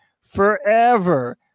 forever